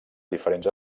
diferents